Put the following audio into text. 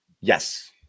Yes